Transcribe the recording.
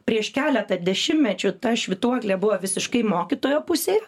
prieš keletą dešimečių ta švytuoklė buvo visiškai mokytojo pusėj